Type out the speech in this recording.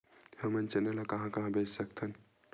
हमन चना ल कहां कहा बेच सकथन?